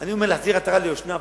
אני אומר להחזיר עטרה ליושנה,